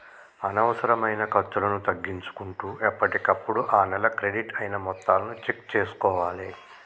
అనవసరమైన ఖర్చులను తగ్గించుకుంటూ ఎప్పటికప్పుడు ఆ నెల క్రెడిట్ అయిన మొత్తాలను చెక్ చేసుకోవాలే